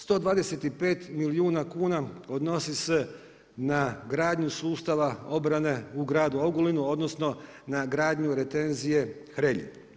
125 milijuna odnosi se na gradnju sustava obrane u gradu Ogulinu odnosno na gradnju retenzije Hrelj.